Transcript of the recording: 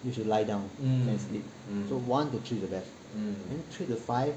you should lie down and sleep so one to three is the best